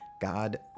God